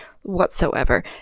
whatsoever